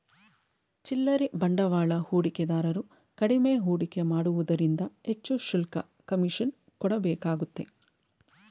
ಚಿಲ್ಲರೆ ಬಂಡವಾಳ ಹೂಡಿಕೆದಾರರು ಕಡಿಮೆ ಹೂಡಿಕೆ ಮಾಡುವುದರಿಂದ ಹೆಚ್ಚು ಶುಲ್ಕ, ಕಮಿಷನ್ ಕೊಡಬೇಕಾಗುತ್ತೆ